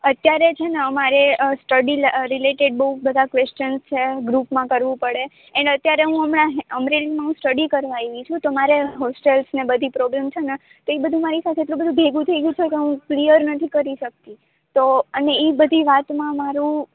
અત્યારે છે ને અમારે સ્ટડી રિલેટેડ બહુ બધા ક્વેશ્ચન છે ગ્રૂપમાં કરવું પડે એન્ડ અત્યારે હું હમણાં અમરેલીમાં હું સ્ટડી કરવા આવી છું તો મારે હોસ્ટેલ્સ ને બધી પ્રોબ્લેમ છે ને તો એ બધું મારી સાથે એટલું બધુ ભેગું થઈ ગયું છે કે હું ક્લિયર નથી કરી શકતી તો અને એ બધી વાતમાં મારું